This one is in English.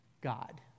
God